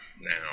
now